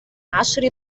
عشر